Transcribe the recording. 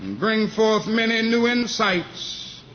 bring forth many and new insights